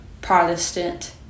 protestant